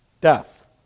Death